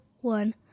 one